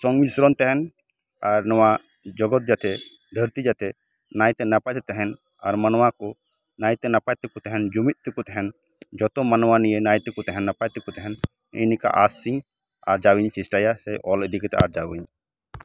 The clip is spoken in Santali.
ᱥᱚᱝᱢᱤᱥᱨᱚᱱ ᱛᱟᱦᱮᱸᱱ ᱟᱨ ᱱᱚᱣᱟ ᱡᱚᱜᱚᱛ ᱡᱟᱛᱮ ᱫᱷᱟᱨᱛᱤ ᱡᱟᱛᱮ ᱱᱟᱭᱛᱮ ᱱᱟᱯᱟᱭ ᱛᱮ ᱛᱟᱦᱮᱸᱱ ᱟᱨ ᱢᱟᱱᱣᱟ ᱠᱚ ᱱᱟᱭᱛᱮ ᱱᱟᱯᱟᱭᱛᱮᱠᱚ ᱛᱟᱦᱮᱸᱱ ᱡᱩᱢᱤᱫ ᱛᱮᱠᱚ ᱛᱟᱦᱮᱸᱱ ᱡᱚᱛᱚ ᱢᱟᱱᱣᱟ ᱱᱤᱭᱮ ᱱᱟᱭ ᱛᱮᱠᱚ ᱛᱟᱦᱮᱸᱱ ᱱᱟᱯᱟᱭ ᱛᱮᱠᱚ ᱛᱟᱦᱮᱸᱱ ᱤᱱᱟᱹ ᱠᱚ ᱟᱥ ᱤᱧ ᱟᱨᱡᱟᱣ ᱤᱧ ᱪᱮᱥᱴᱟᱭᱟ ᱥᱮ ᱚᱞ ᱤᱫᱤ ᱠᱟᱛᱮᱜ ᱟᱨᱡᱟᱣᱟᱹᱧ